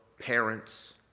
parents